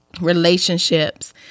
relationships